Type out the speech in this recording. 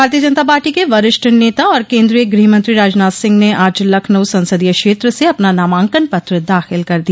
भारतीय जनता पार्टी के वरिष्ठ नेता और केन्द्रीय ग्रहमंत्री राजनाथ सिंह ने आज लखनऊ संसदीय क्षेत्र से अपना नामांकन पत्र दाखिल कर दिया